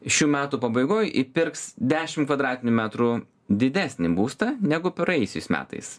šių metų pabaigoj įpirks dešim kvadratinių metrų didesnį būstą negu praėjusiais metais